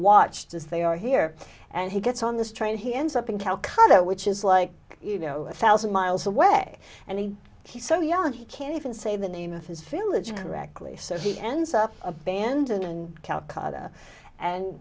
as they are here and he gets on this train he ends up in calcutta which is like you know a thousand miles away and he's so young he can't even say the name of his village correctly so he ends up abandoned in calcutta and